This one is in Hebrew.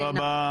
תודה רבה.